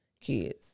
kids